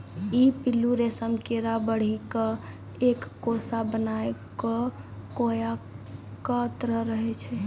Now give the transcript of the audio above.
ई पिल्लू रेशम कीड़ा बढ़ी क एक कोसा बनाय कॅ कोया के तरह रहै छै